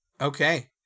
okay